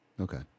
Okay